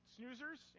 Snoozers